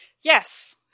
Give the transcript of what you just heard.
yes